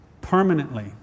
permanently